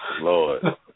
Lord